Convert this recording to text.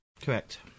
Correct